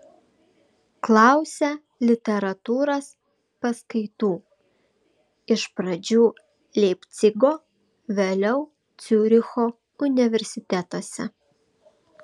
klausė literatūros paskaitų iš pradžių leipcigo vėliau ciuricho universitetuose